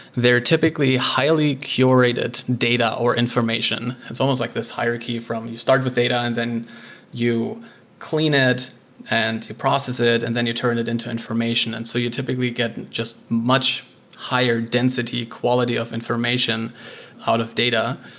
they're typically highly curated data or information. it's almost like this hierarchy from you start with data and then you clean it and process it and then you turn it into information. and so you typically get just much higher density quality of information out of data,